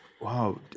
Wow